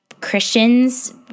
Christians